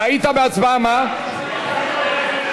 טעיתי בהצבעה, הצבעתי בעד.